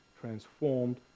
transformed